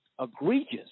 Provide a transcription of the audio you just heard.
egregious